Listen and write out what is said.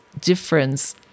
difference